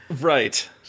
right